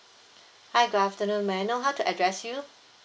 hi good afternoon may I know how to address you